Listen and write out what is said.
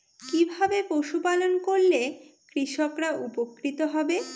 কিভাবে পশু পালন করলেই কৃষকরা উপকৃত হবে?